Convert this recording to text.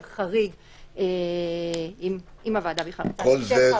חריג אם הוועדה בכלל רוצה לאשר חריג לטלפון.